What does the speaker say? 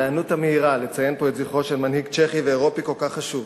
וההיענות המהירה לציין פה את זכרו של מנהיג צ'כי ואירופי כל כך חשוב